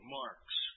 marks